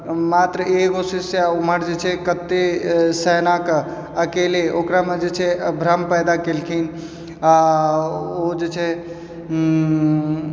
मात्र एगो शिष्य ओम्हर जे छै कतेक सेनाके अकेले ओकरामे जे छै भ्रम पैदा केलखिन ओ जे छै